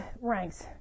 ranks